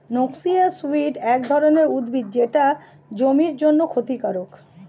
noxious weed এক ধরনের উদ্ভিদ যেটা জমির জন্যে ক্ষতিকারক